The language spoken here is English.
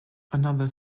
another